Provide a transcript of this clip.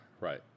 right